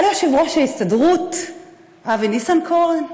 על יושב-ראש ההסתדרות אבי ניסנקורן,